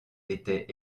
était